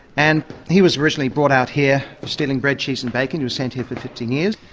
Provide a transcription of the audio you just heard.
and he was originally brought out here for stealing bread, cheese and bacon, he was sent here for fifteen years,